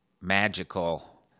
magical